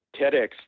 TEDx